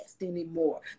anymore